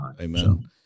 Amen